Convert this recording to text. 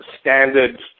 standard